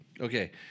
Okay